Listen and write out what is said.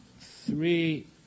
three